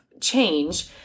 change